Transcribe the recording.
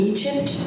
Egypt